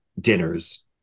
dinners